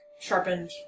sharpened